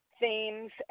themes